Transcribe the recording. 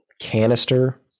canister